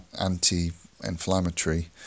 anti-inflammatory